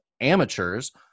amateurs